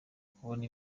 kubona